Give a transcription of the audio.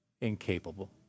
incapable